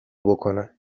بکنه